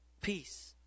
Peace